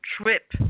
trip